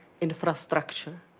infrastructure